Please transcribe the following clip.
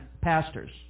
pastors